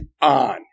on